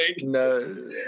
no